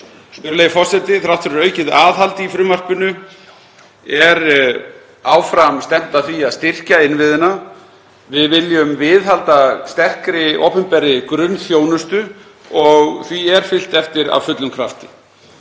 Virðulegi forseti. Þrátt fyrir aukið aðhald í frumvarpinu er áfram stefnt að því að styrkja innviðina. Við viljum viðhalda sterkri opinberri grunnþjónustu og því er fylgt eftir af fullum krafti.